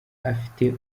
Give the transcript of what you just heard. afite